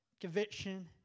Conviction